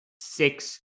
six